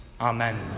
Amen